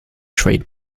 trade